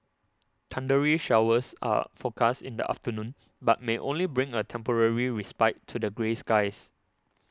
thundery showers are forecast in the afternoon but may only bring a temporary respite to the grey skies